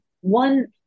one